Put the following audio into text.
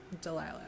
delilah